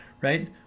right